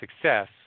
success